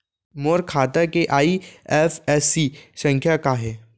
मोर खाता के आई.एफ.एस.सी संख्या का हे?